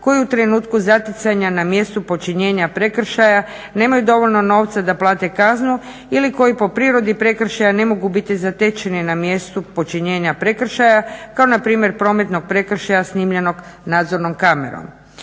koji u trenutku zaticanja na mjestu počinjenja prekršaja nemaju dovoljno novca da plate kaznu ili koji po prirodi prekršaja ne mogu biti zatečeni na mjestu počinjenja prekršaja kao na primjer prometnog prekršaja snimljenog nadzornom kamerom.